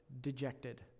dejected